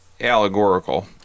Allegorical